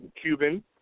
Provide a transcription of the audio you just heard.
Cuban